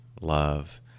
love